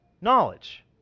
knowledge